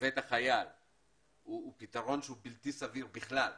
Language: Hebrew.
בבית החייל הוא פתרון בלתי סביר בכלל,